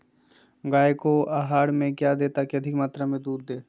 गाय को आहार में क्या दे ताकि अधिक मात्रा मे दूध दे?